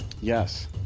Yes